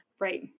right